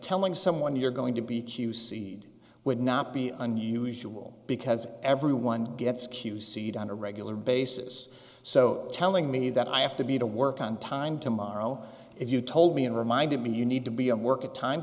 telling someone you're going to be q seed would not be unusual because everyone gets cues seat on a regular basis so telling me that i have to be to work on time tomorrow if you told me and reminded me you need to be on work a time